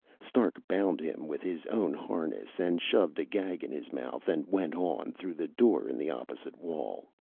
stark bound him with his own harness and shoved a gag in his mouth, and went on, through the door in the opposite wall.